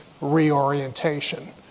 reorientation